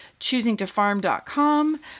choosingtofarm.com